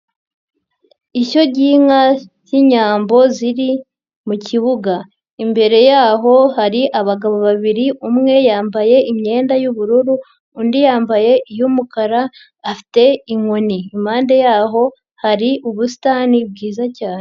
Ishyo ry'inka z'Inyambo ziri mu kibuga, imbere yaho hari abagabo babiri umwe yambaye imyenda y'ubururu undi yambaye iy'umukara afite inkoni, impande yaho hari ubusitani bwiza cyane.